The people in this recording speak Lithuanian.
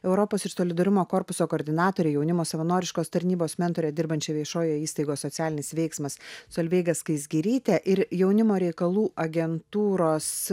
europos ir solidarumo korpuso koordinatore jaunimo savanoriškos tarnybos mentore dirbančia viešojoj įstaigoj socialinis veiksmas solveiga skaisgiryte ir jaunimo reikalų agentūros